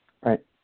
Right